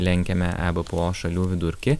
lenkiame ebpo šalių vidurkį